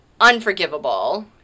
unforgivable